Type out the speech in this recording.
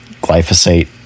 glyphosate